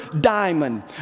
diamond